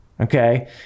okay